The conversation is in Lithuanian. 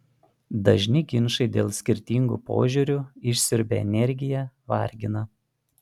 dažni ginčai dėl skirtingų požiūrių išsiurbia energiją vargina